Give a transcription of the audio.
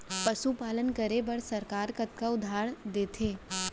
पशुपालन करे बर सरकार कतना उधार देथे?